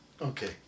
Okay